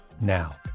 now